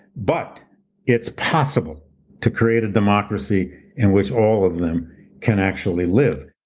but it's possible to create a democracy in which all of them can actually live.